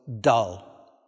dull